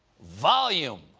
volume!